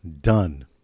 Done